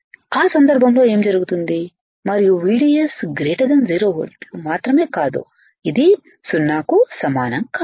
ఆ సందర్భంలో ఏమి జరుగుతుంది మరియు VDS 0 వోల్ట్ లు మాత్రమే కాదు ఇది 0 కు సమానం కాదు